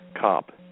cop